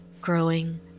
growing